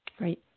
Right